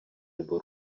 nebo